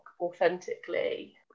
authentically